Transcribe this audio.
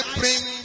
bring